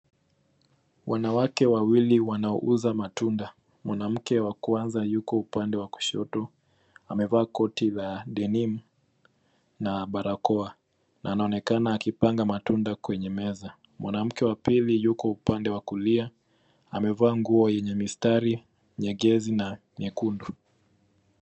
Wanawake wawili wanauza matunda. Mwanamke wa kwanza yuko upande wa kushoto ,amevaa koti la denim na barakoa na anaonekana akipanga matunda kwenye meza. Mwanamke wa pili yuko upande wa kulia ,amevaa nguo yenye mistari nyepesi na nyekundu.